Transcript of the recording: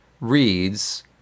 reads